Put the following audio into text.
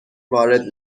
وارد